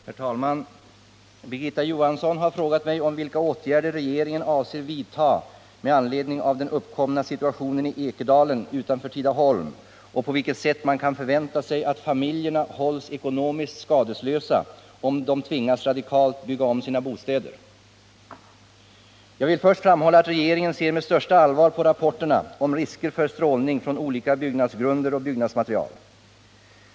Herr talman! Birgitta Johansson har frågat mig vilka åtgärder regeringen avser vidta med anledning av den uppkomna situationen i Ekedalen utanför Tidaholm och på vilket sätt man kan förvänta sig att familjerna hålls ekonomiskt skadeslösa, om de tvingas radikalt bygga om sina bostäder. Jag vill först framhålla att regeringen ser med största allvar på rapporterna om risker för strålning från olika byggnadsgrunder och byggnadsmaterial.